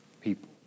people